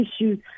issues